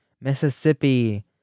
Mississippi